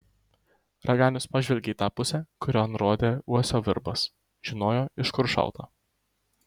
raganius pažvelgė į tą pusę kurion rodė uosio virbas žinojo iš kur šauta